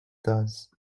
does